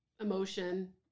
emotion